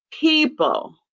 people